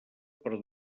per